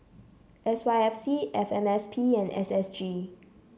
S Y F C F M S P and S S G